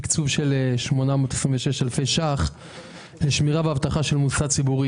תקצוב של 826 אלפי ₪ לשמירה ואבטחה של מוסד ציבורי,